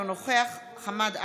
אינו נוכח חמד עמאר,